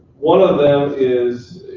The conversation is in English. one of them is